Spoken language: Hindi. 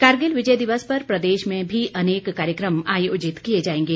कारगिल विजय दिवस पर प्रदेश में भी अनेक कार्यक्रम आयोजित किए जाएंगे